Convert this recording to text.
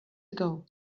ago